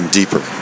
deeper